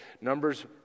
Numbers